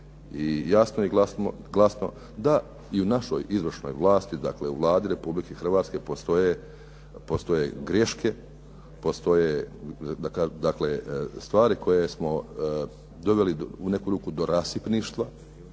jasno i glasno da i u našoj izvršnoj vlasti, dakle u Vladi Republike Hrvatske postoje greške, postoje dakle stvari koje smo doveli u neku ruku do rasipništva